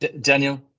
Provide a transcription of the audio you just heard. Daniel